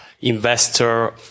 Investor